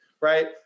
right